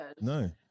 No